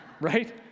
Right